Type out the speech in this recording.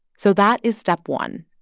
so that is step one.